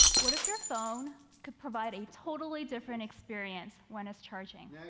what if your phone could provide a totally different experience when it's charging?